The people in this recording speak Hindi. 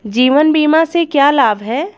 जीवन बीमा से क्या लाभ हैं?